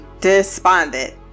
despondent